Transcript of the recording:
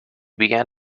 began